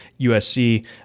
USC